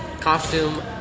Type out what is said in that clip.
costume